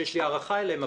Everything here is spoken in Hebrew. שיש לי הערכה אליהם,